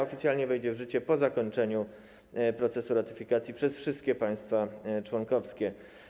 Oficjalnie wejdzie ona w życie po zakończeniu procesu ratyfikacji przez wszystkie państwa członkowskie.